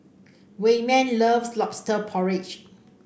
Wayman loves lobster porridge